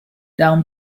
down